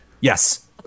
Yes